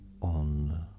on